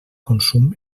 consum